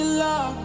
love